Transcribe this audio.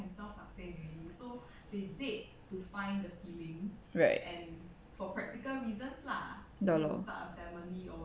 right ya lor